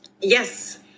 Yes